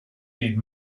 need